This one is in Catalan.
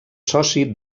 soci